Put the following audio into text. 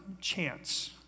chance